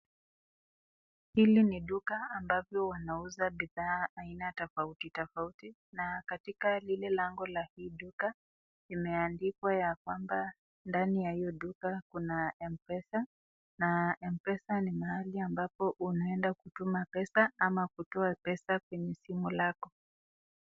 Hili ni duka ambavyo wanauza bidhaa aina tofauti tofauti na katika lile lango la hii duka limeandikwa ya kwamba ndani ya hiyo duka kuna mpesa. Mpesa ni mahali ambapo unaenda kutuma pesa ama kutua pesa kwa simu lako.